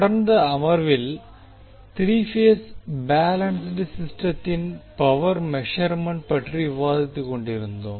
கடந்த அமர்வில் three phase balanced சிஸ்டத்தின் பவர் மெஷெர்மன்ட் பற்றி விவாதித்துக்கொண்டிருந்தோம்